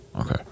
Okay